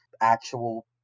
actual